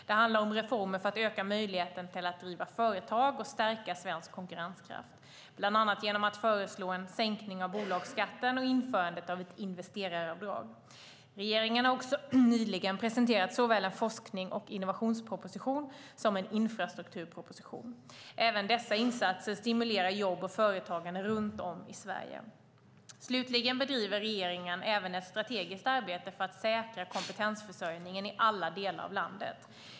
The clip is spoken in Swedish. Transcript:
Det handlar om reformer för att öka möjligheterna att driva företag och stärka svensk konkurrenskraft, bland annat genom att vi föreslår en sänkning av bolagsskatten och införande av ett investeraravdrag. Regeringen har också nyligen presenterat såväl en forsknings och innovationsproposition som en infrastrukturproposition. Även dessa insatser stimulerar jobb och företagande runt om i Sverige. Slutligen bedriver regeringen även ett strategiskt arbete för att säkra kompetensförsörjningen i alla delar av landet.